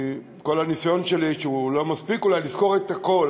כל הניסיון שלי לא מספיק אולי לזכור את הכול,